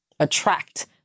attract